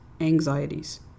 anxieties